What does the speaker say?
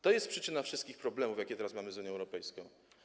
To jest przyczyna wszystkich problemów, jakie teraz mamy z Unią Europejską.